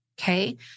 okay